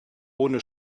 ohne